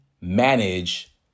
manage